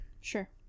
Sure